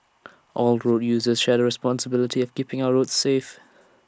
all road users share the responsibility keeping our roads safe